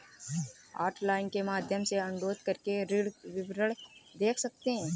hotline के माध्यम से अनुरोध करके ऋण विवरण देख सकते है